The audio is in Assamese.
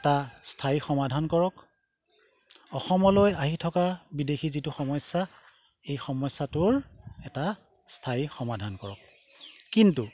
এটা স্থায়ী সমাধান কৰক অসমলৈ আহি থকা বিদেশী যিটো সমস্যা এই সমস্যাটোৰ এটা স্থায়ী সমাধান কৰক কিন্তু